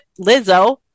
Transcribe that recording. lizzo